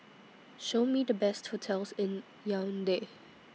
Show Me The Best hotels in Yaounde